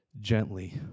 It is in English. gently